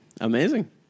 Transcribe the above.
amazing